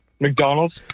McDonald's